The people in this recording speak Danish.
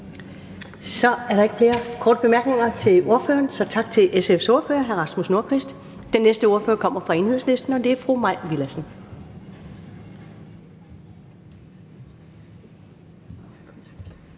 Så er der ikke flere korte bemærkninger til ordføreren, så tak til SF's ordfører, hr. Rasmus Nordqvist. Den næste ordfører kommer fra Enhedslisten, og det er fru Mai Villadsen.